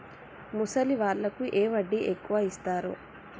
ముసలి వాళ్ళకు ఏ వడ్డీ ఎక్కువ ఇస్తారు?